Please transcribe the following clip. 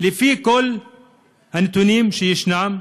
לפי כל הנתונים שישנם במדינה.